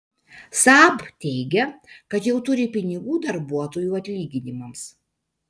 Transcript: saab teigia kad jau turi pinigų darbuotojų atlyginimams